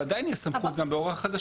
אבל עדיין יש סמכות גם בהוראה חדשה.